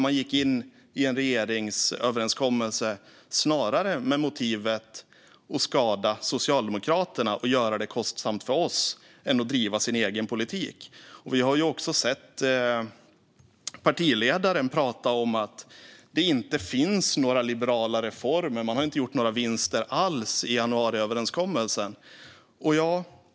Man gick in i en regeringsöverenskommelse snarare med motivet att skada Socialdemokraterna och göra det kostsamt för oss än med motivet att driva sin egen politik. Vi har också hört partiledaren prata om att det inte finns några liberala reformer. Man har inte gjort några vinster alls i januariöverenskommelsen.